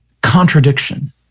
contradiction